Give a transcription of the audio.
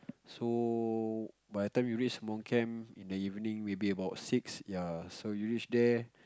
so by time you reach monk camp in the evening will be about six ya so you reach there